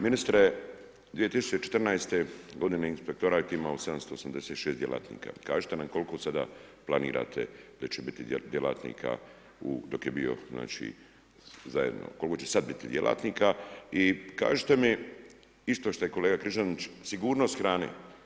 Ministre, 2014. g. inspektorat je imao 786 djelatnika, kažite nam koliko sada planirate da će biti djelatnika dok je bilo svi zajedno, koliko će sad biti djelatnika i kažite mi, isto šta i kolega Križanić, sigurnost hrane.